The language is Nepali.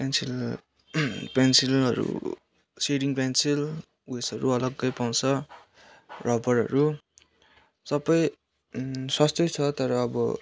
पेन्सिल पेन्सिलहरू सेडिङ पेन्सिल उयसहरू अलग्गै पाउँछ रबरहरू सबै सस्तै छ तर अब